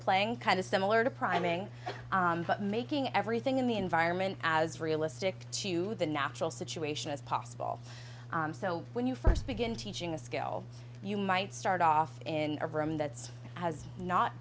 playing kind of similar to priming but making everything in the environment as realistic to the natural situation as possible so when you first begin teaching a skill you might start off in a room that's as not